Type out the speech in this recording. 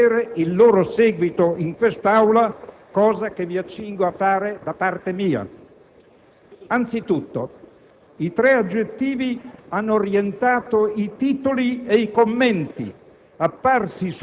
che dovevano avere il loro seguito in quest'Aula, cosa che mi ci accingo a fare da parte mia. Anzitutto, i tre aggettivi hanno orientato i titoli e i commenti